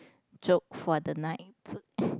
joke for the night